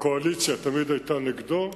הקואליציה תמיד היתה נגדו,